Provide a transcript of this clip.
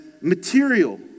material